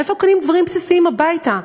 ממה קונים דברים בסיסיים הביתה?